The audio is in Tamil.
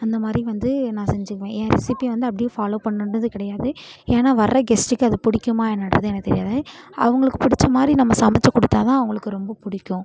அந்த மாதிரி வந்து நான் செஞ்சுக்குவேன் என் ரெசிப்பியை வந்து அப்படியே வந்து ஃபாலோவ் பண்ணணுன்றது கிடையாது ஏனால் வர கெஸ்ட்டுக்கு அது பிடிக்குமா என்னான்றது எனக்கு தெரியாது அவங்களுக்கு பிடிச்ச மாதிரி நம்ம சமைச்சி கொடுத்தா தான் அவங்களுக்கு ரொம்ப பிடிக்கும்